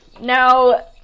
Now